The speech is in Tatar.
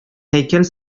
һәйкәл